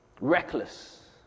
Reckless